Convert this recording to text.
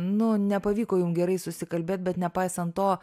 nu nepavyko jum gerai susikalbėt bet nepaisant to